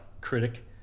critic